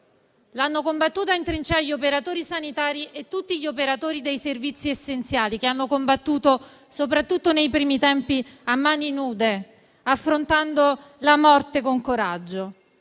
L'hanno combattuta in trincea, gli operatori sanitari e tutti gli operatori dei servizi essenziali, che hanno combattuto soprattutto nei primi tempi a mani nude, affrontando la morte con coraggio